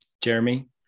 Jeremy